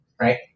right